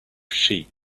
sheep